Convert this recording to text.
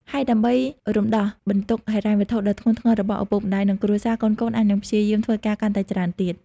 ហើយដើម្បីរំដោះបន្ទុកហិរញ្ញវត្ថុដ៏ធ្ងន់ធ្ងររបស់ឪពុកម្ដាយ និងគ្រួសារ កូនៗអាចនឹងព្យាយមធ្វើការកាន់តែច្រើនទៀត។